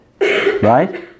right